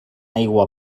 aigua